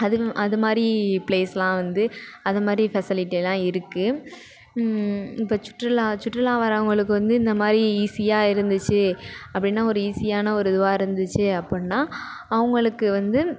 அது அதுமாதிரி ப்ளேஸ்லாம் வந்து அதுமாதிரி ஃபெசிலிட்டிலாம் இருக்குது இப்போ சுற்றுலா சுற்றுலா வரவங்களுக்கு வந்து இந்தமாதிரி ஈஸியாக இருந்துச்சு அப்படின்னா ஒரு ஈஸியான ஒரு இதுவாக இருந்துச்சு அப்புடின்னா அவங்களுக்கு வந்து